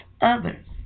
others